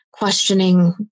questioning